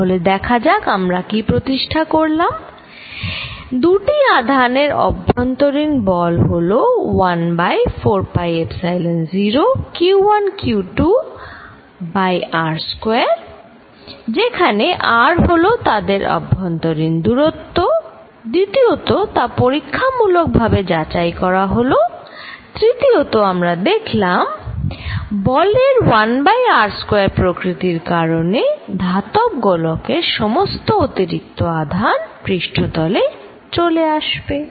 তাহলে দেখা যাক আমরা কি প্রতিষ্ঠা করলাম দুটি আধান এর অভ্যন্তরীণ বল হল 1 বাই 4 পাই এপসাইলন 0 q1q2 ভাগ r স্কয়ার যেখানে r হল তাদের আভ্যন্তরীণ দূরত্ব দ্বিতীয়তঃ তা পরীক্ষা মূলক ভাবে যাচাই করা হল তৃতীয়তঃ আমরা দেখলাম বলের 1 বাই r স্কয়ার প্রকৃতির কারণে ধাতব গোলকের সমস্ত অতিরিক্ত আধান পৃষ্ঠতলে চলে আসবে